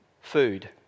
food